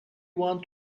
want